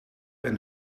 ben